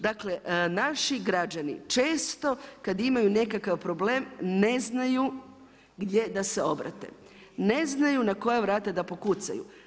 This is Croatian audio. Dakle, naši građani često kad imaju nekakav problem ne znaju gdje da se obrate, ne znaju na koja vrata da pokucaju.